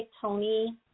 Tony